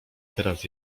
teraz